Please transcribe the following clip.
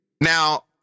Now